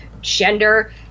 gender